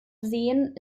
seen